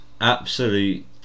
absolute